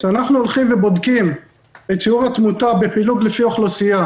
כשאנחנו בודקים את שיעור התמותה בפילוג לפי אוכלוסייה